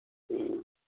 ꯎꯝ